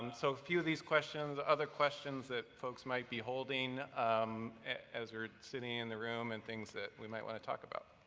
um so a few of these questions, other questions that folks might be holding um as we're sitting in the room, and things that we might want to talk about.